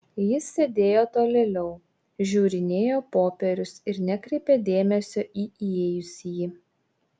jis sėdėjo tolėliau žiūrinėjo popierius ir nekreipė dėmesio į įėjusįjį